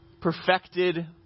perfected